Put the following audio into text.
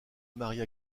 maria